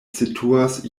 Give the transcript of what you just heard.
situas